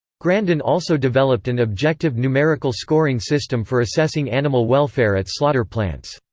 grandin also developed an objective numerical scoring system for assessing animal welfare at slaughter plants.